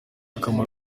akamaro